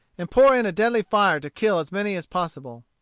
and pour in a deadly fire to kill as many as possible.